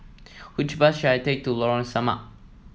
which bus should I take to Lorong Samak